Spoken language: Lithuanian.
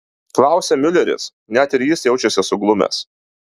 klausia miuleris net ir jis jaučiasi suglumęs